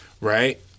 right